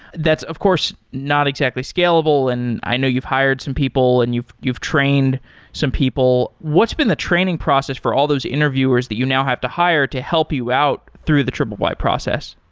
that's, of course, not exactly scalable, and i know you've hired some people and you've you've trained some people. what's been the training process for all those interviewers that you now have to hire to help you out through the triplebyte process?